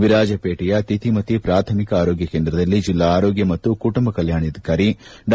ವಿರಾಜಪೇಟೆಯ ತಿತಿಮತಿ ಪ್ರಾಥಮಿತ ಆರೋಗ್ಯ ಕೇಂದ್ರದಲ್ಲಿ ಜಿಲ್ಲಾ ಆರೋಗ್ಯ ಮತ್ತು ಕುಟುಂಬ ಕಲ್ಕಾಣಾಧಿಕಾರಿ ಡಾ